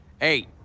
Eight